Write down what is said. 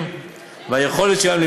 בגללך אני חוזר, וגם בגלל ביטן.